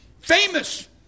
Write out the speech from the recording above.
famous